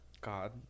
God